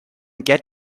get